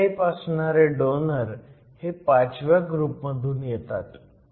n type असणारे donor हे पाचव्या ग्रुपमधून येतात